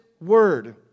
word